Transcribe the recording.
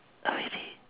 oh really